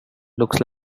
looks